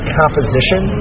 composition